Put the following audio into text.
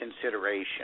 consideration